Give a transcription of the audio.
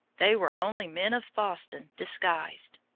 they were only men of boston disguised.